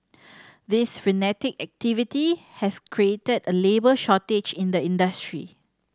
this frenetic activity has created a labour shortage in the industry